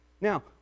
Now